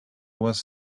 was